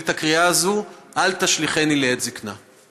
את הקריאה הזו: "אל תשליכני לעת זקנה".